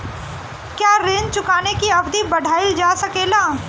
क्या ऋण चुकाने की अवधि बढ़ाईल जा सकेला?